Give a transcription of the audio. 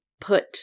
put